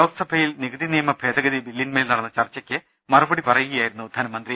ലോക്സഭയിൽ നികുതി നിയമഭേദഗതി ബില്ലിൻമേൽ നടന്ന ചർച്ചക്ക് മറുപടി പറയുകയായിരുന്നു ധനമ ന്ത്രി